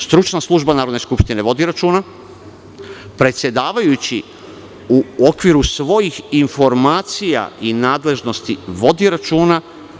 Stručna služba Narodne skupštine vodi računa, predsedavajući u okviru svojih informacija i nadležnosti vodi računa.